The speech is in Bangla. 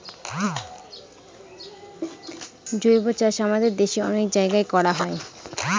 জৈবচাষ আমাদের দেশে অনেক জায়গায় করা হয়